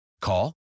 Call